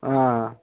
ఆ